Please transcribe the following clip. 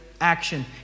action